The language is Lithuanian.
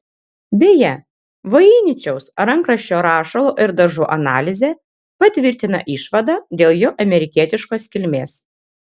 beje voiničiaus rankraščio rašalo ir dažų analizė patvirtina išvadą dėl jo amerikietiškos kilmės